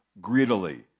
greedily